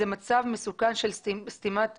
זה מצב מסוכן של סתימת פיות.